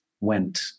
went